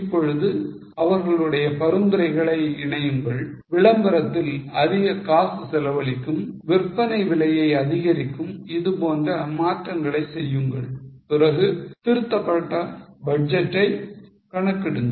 இப்பொழுது அவர்களுடைய பரிந்துரைகளை இணையுங்கள் விளம்பரத்தில் அதிக காசு செலவழிக்கும் விற்பனை விலையை அதிகரிக்கும் இதுபோன்ற மாற்றங்களை செய்யுங்கள் பிறகு திருத்தப்பட்ட பட்ஜெட்டை கணக்கிடுங்கள்